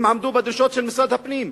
הם עמדו בדרישות של משרד הפנים.